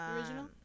Original